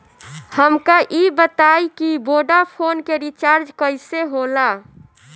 हमका ई बताई कि वोडाफोन के रिचार्ज कईसे होला?